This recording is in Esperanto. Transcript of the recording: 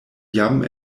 jam